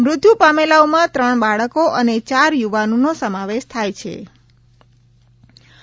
મૃત્યુ પામેલાઓમાં ત્રણ બાળકો અને ચાર યુવાનોનો સમાવેશ થાયછે